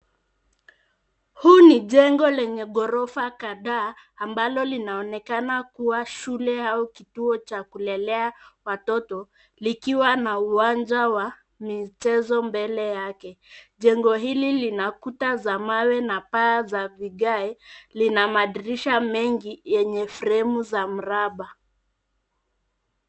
Huu ni jengo lenye ghorofa kadhaa mbalo linaonekana kuwa shule au kituo cha kulelea watoto. Likiwa na uwanja wa michezo mbele yake. Jengo hili lina kuta za mawe na paa za vigae. Lina madirisha mengi yenye fremu za mraba.